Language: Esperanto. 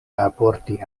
alporti